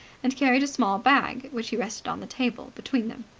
and carried a small bag, which he rested on the table between them.